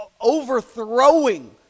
overthrowing